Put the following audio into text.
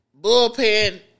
Bullpen